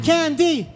Candy